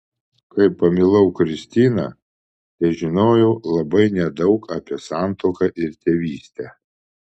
kai pamilau kristiną težinojau labai nedaug apie santuoką ir tėvystę